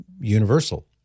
universal